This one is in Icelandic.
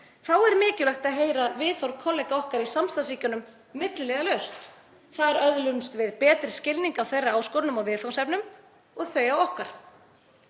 Þá er mikilvægt að heyra viðhorf kollega okkar í samstarfsríkjunum milliliðalaust. Þar öðlumst við betri skilning á þeirra áskorunum og viðfangsefnum og þau á okkar.